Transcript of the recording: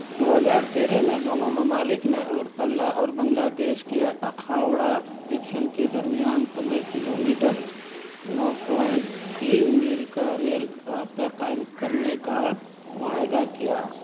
دو ہزار تیرہ میں دونوں ممالک نے اگرتلہ اور بنگلہ دیش کے اکھاوڑا جکشن کے درمیان پندرہ کلو میٹر نو پوائنٹ تین میل کا ریل رابطہ قائم کرنے کا معاہدہ کیا